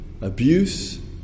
abuse